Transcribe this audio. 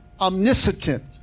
omniscient